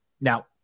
now